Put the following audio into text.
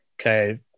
Okay